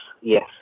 yes